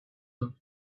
her